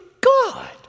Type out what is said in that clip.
God